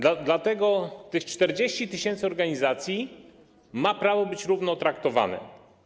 Dlatego tych 40 tys. organizacji ma prawo być równo traktowane.